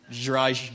dry